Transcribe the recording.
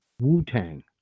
Wu-Tang